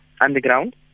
underground